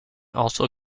also